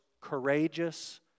courageous